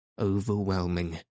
Overwhelming